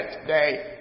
today